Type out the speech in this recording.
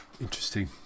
Interesting